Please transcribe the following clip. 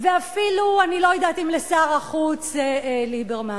ואפילו אני לא יודעת אם לשר החוץ ליברמן.